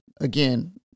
again